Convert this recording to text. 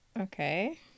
Okay